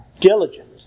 diligent